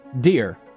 dear